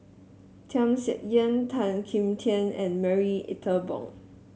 Tham Sien Yen Tan Kim Tian and Marie Ethel Bong